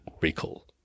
recall